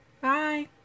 Bye